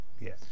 Yes